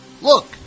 Look